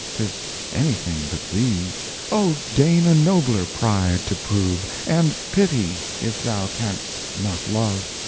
tis anything but thee o deign a nobler pride to prove, and pity if thou canst not love.